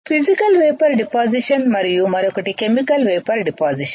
physical vapour deposition మరియు మరొకటి chemical vapour deposition